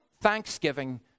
thanksgiving